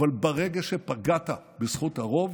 אבל ברגע שפגעת בזכות הרוב